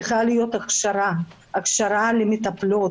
צריכה להיות הכשרה למטפלות.